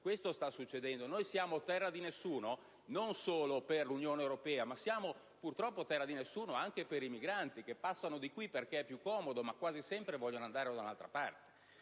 Questo sta succedendo: noi siamo terra di nessuno non solo per l'Unione europea, ma siamo purtroppo terra di nessuno anche per i migranti, che passano di qui perché è più comodo, ma quasi sempre vogliono andare da un'altra parte.